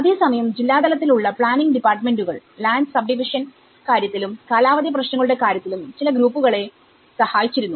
അതേസമയം ജില്ലാതലത്തിൽ ഉള്ള പ്ലാനിങ് ഡിപ്പാർട്മെന്റുകൾ ലാൻഡ് സബ്ഡിവിഷന്റെ കാര്യത്തിലും കാലാവധി പ്രശ്നങ്ങളുടെ കാര്യത്തിലും ചില ഗ്രൂപ്പുകളെ സഹായിച്ചിരുന്നു